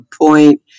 point